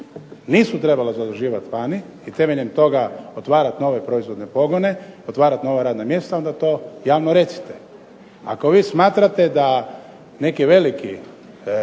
nisu trebala zaduživati vani i temeljem toga otvarati nove proizvodne pogone, otvarati nova radna mjesta onda to javno recite. Ako vi smatrate da neki veliki